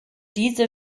diese